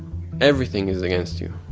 everything is against you.